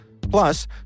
Plus